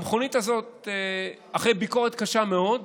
המכונית הזאת, אחרי ביקורת קשה מאוד,